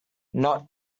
not